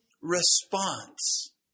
response